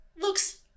looks